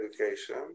education